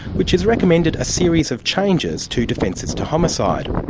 which has recommended a series of changes to defences to homicide.